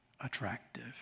attractive